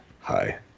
hi